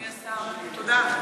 אדוני השר, תודה.